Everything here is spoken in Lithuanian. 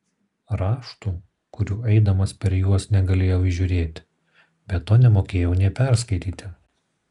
raštų kurių eidamas per juos negalėjau įžiūrėti be to nemokėjau nė perskaityti